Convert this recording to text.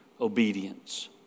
obedience